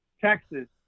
Texas